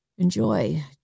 Enjoy